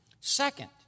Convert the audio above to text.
Second